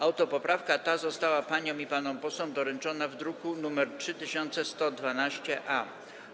Autopoprawka ta została paniom i panom posłom doręczona w druku nr 3112-A.